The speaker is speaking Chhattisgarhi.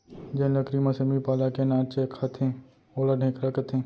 जेन लकरी म सेमी पाला के नार चघाथें ओला ढेखरा कथें